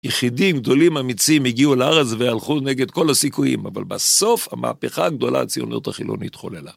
יחידים גדולים אמיצים הגיעו לארץ והלכו נגד כל הסיכויים, אבל בסוף המהפכה הגדולה הציונות החילונית חוללה.